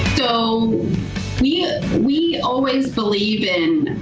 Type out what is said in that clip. though we ah we always believe in.